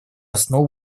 основу